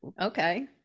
okay